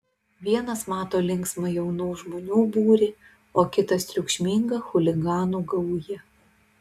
vienas mato linksmą jaunų žmonių būrį o kitas triukšmingą chuliganų gaują